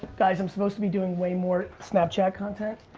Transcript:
guys, i'm supposed to be doing way more snapchat content,